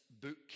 book